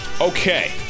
Okay